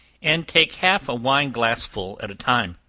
and take half a wine glassful at a time,